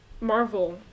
Marvel